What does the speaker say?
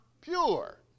pure